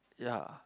ya